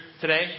today